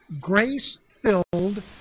grace-filled